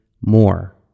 more